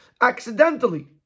accidentally